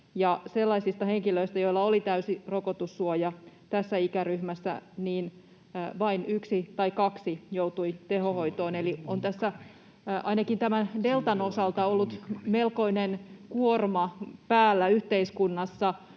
sellaisista henkilöistä, joilla oli täysi rokotussuoja tässä ikäryhmässä, vain 1 tai 2 joutui tehohoitoon. Eli on tässä ainakin tämän deltan osalta ollut melkoinen kuorma päällä yhteiskunnassa